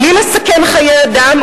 בלי לסכן חיי אדם,